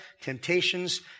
temptations